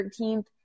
13th